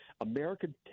American